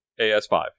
AS5